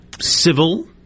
civil